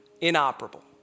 inoperable